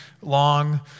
long